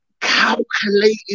calculated